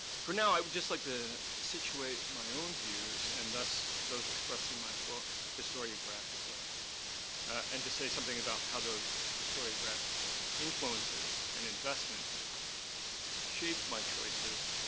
for now i would just like to situate my own views and thus those expressed in my book historiographically and to say something about how those historiographical influences and investment's shaped my choices,